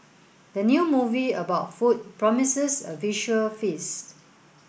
the new movie about food promises a visual feast